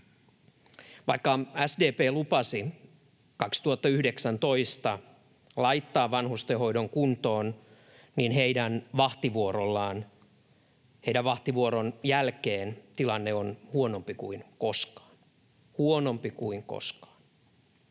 Vaikka SDP lupasi 2019 laittaa vanhustenhoidon kuntoon, niin heidän vahtivuoronsa jälkeen tilanne on huonompi kuin koskaan — huonompi kuin koskaan.